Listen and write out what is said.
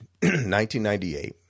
1998